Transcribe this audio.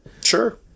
Sure